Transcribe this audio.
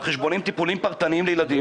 על חשבון טיפולים פרטניים לילדים.